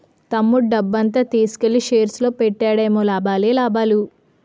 తమ్ముడు డబ్బంతా తీసుకెల్లి షేర్స్ లో పెట్టాడేమో లాభాలే లాభాలు